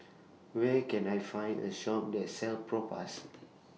Where Can I Find A Shop that sells Propass